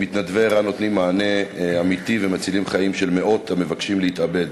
מתנדבי ער"ן נותנים מענה אמיתי ומצילים חיים של מאות המבקשים להתאבד.